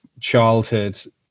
childhood